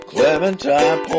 Clementine